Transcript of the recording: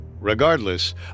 Regardless